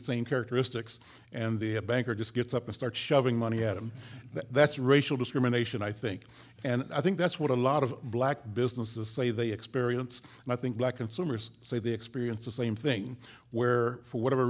the same characteristics and the banker just gets up and start shoving money at him that's racial discrimination i think and i think that's what a lot of black businesses say they experience and i think black consumers say they experience the same thing where for whatever